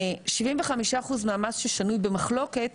75% מהמס ששנוי במחלוקת,